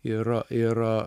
ir ir